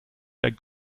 der